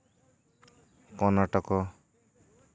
ᱠᱚᱨᱱᱟᱴᱚᱠᱚ